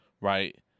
right